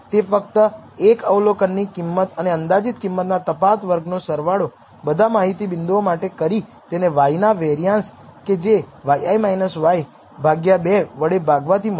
તે ફક્ત 1 અવલોકનની કિંમત અને અંદાજિત કિંમત ના તફાવત ના વર્ગ નો સરવાળો બધા માહિતી બિંદુ માટે કરી તેને y ના વેરીઆંશ કે જે 2 વડે ભાગવાથી મળે છે